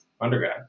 undergrad